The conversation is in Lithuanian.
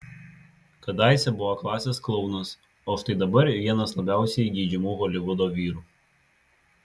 kadaise buvo klasės klounas o štai dabar vienas labiausiai geidžiamų holivudo vyrų